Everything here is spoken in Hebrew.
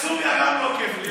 בסוריה גם לא כיף להיות אזרח ערבי.